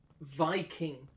viking